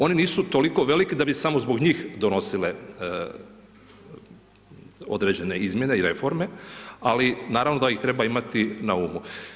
Oni nisu toliko veliki da bi samo zbog njih donosile određene izmjene i reforme, ali naravno da ih treba imati na umu.